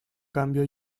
cambio